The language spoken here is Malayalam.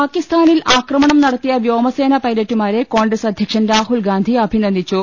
പാകിസ്ഥാനിൽ ആക്രമണം നടത്തിയ വ്യോമസേന പൈല റ്റുമാരെ കോൺഗ്രസ് അധ്യക്ഷൻ രാഹുൽഗാന്ധി അഭിനന്ദിച്ചു